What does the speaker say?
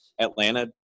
Atlanta –